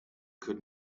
could